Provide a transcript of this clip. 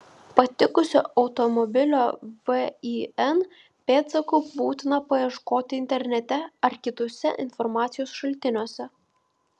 patikusio automobilio vin pėdsakų būtina paieškoti internete ar kituose informacijos šaltiniuose